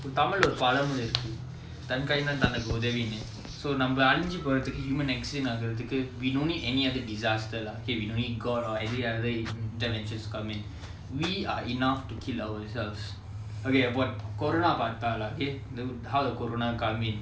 tamil leh ஒரு பழமொழி இருக்கு தன் கைதான் தனக்கு உதவின்னு நம்ம அழுஞ்சு போறதுக்கு:oru palamoli irukku thaan kaithaan thanukku uthavinnu namma alunju porathukku human exist ஆகறதுக்கு:aagarathukku we don't need any other disaster lah okay we don't need god or any other interventions to come in we are enough to kill ourselves okay corona how the corona come in